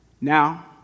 Now